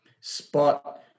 Spot